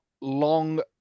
long